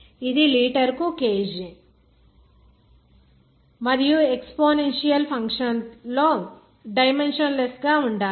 ఇది లీటరుకు kg మరియు ఎక్స్పోనెన్షియల్ ఫంక్షన్ లో డైమెన్షన్ లెస్ గా ఉండాలి